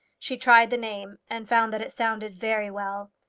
she tried the name and found that it sounded very well.